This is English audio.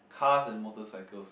cars and motorcycles